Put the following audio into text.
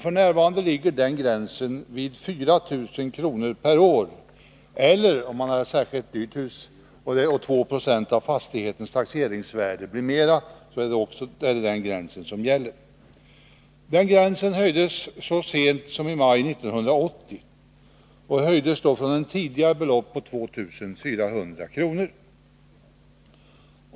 F. n. ligger den gränsen vid 4 000 kr. per år. Även om man har ett särskilt dyrt hus, så att 2 70 av fastighetens taxeringsvärde blir mera än 4 000 kr., är det den gränsen som gäller. Denna gräns höjdes så sent som i maj 1980 från en tidigare gräns på 2 400 kr.